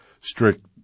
strict